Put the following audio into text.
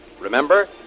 Remember